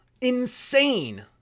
Insane